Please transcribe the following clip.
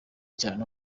cyane